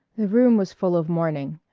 the room was full of morning.